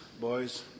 boys